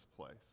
place